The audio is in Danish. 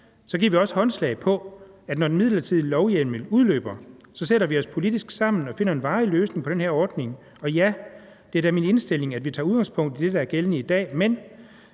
så giver vi jo så også håndslag på, at når den midlertidige lovhjemmel så udløber, sætter vi os sammen og finder politisk en varig løsning på den her ordning. Og ja, det er da min indstilling, at vi tager udgangspunkt i det, der er gældende i dag, men